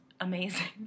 amazing